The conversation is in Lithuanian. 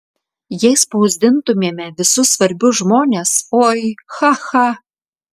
jei spausdintumėme visus svarbius žmones oi cha cha